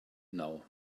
now